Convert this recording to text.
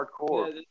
hardcore